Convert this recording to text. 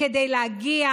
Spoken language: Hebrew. כדי להגיע